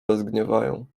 rozgniewają